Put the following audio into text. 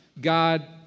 God